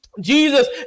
Jesus